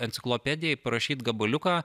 enciklopedijai parašyt gabaliuką